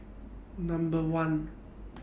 Number one